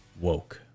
woke